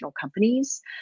companies